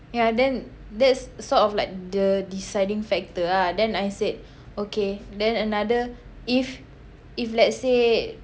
ya then that's sort of like the deciding factor ah then I said okay then another if if let's say